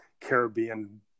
Caribbean